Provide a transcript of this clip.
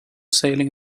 sailing